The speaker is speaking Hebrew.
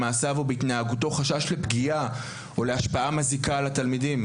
במעשיו ובהתנהגותו חשש לפגיעה או להשפעה מזיקה על התלמידים'.